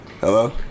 Hello